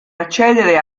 accedere